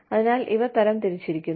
അതിനാൽ ഇവ തരം തിരിച്ചിരിക്കുന്നു